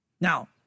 Now